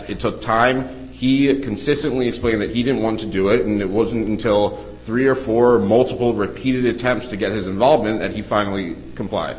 it took time he consistently explained that he didn't want to do it and it wasn't until three or four multiple repeated attempts to get his involvement and he finally complied